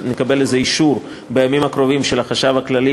שבימים הקרובים נקבל לזה אישור של החשב הכללי,